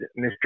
Mr